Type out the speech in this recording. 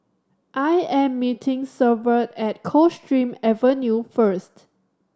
I am meeting Severt at Coldstream Avenue first